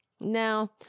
Now